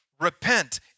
Repent